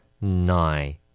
Nine